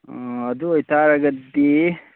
ꯑꯥ ꯑꯗꯨ ꯑꯣꯏꯇꯔꯒꯗꯤ